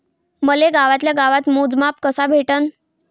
मले गावातल्या गावात मोजमाप कस भेटन?